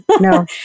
no